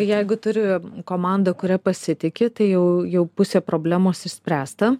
jeigu turiu komandą kuria pasitiki tai jau jau pusė problemos išspręsta